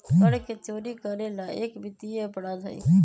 कर के चोरी करे ला एक वित्तीय अपराध हई